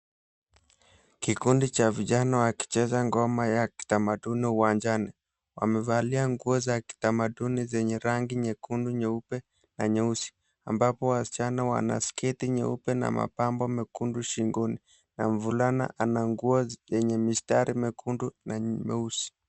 Kikundi cha vijana wakicheza ngoma ya kitamaduni uwanjani, wamevalia nguo za kitamaduni zenye rangi nyekundu, nyeupe na nyeusi ambapo wasichana wanasketi nyeupe na mapambo nyekundu shingoni na mvulana ananguo yenye mistari nyekundu na meusi.